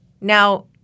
Now